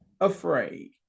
afraid